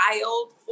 filed